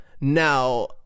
Now